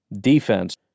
defense